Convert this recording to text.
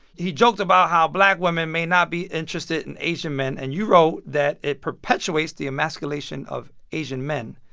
he joked about how black women may not be interested in asian men. and you wrote that it perpetuates the emasculation of asian men.